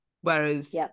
whereas